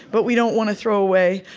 but we don't want to throw away.